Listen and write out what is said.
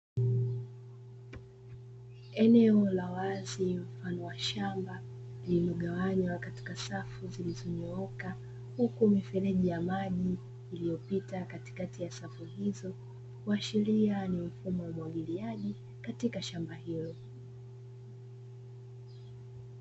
Eneo la wazi mfano wa shamba lililogawanywa katika safu zilizonyooka, huku mifereji ya maji iliyopita katikati ya safu hizo, kuashiria ni mfumo wa umwagiliaji katika shamba hilo.